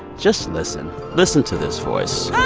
just listen. listen to this voice